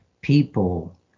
people